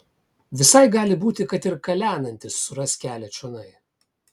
visai gali būti kad ir kalenantis suras kelią čionai